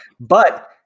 but-